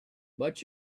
but